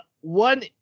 one